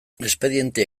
espedientea